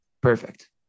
perfect